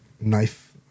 knife